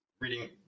reading